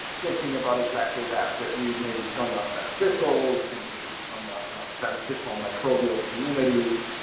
thinking about exactly that, that we may be killing off beneficials and may be killing off beneficial microbial communities.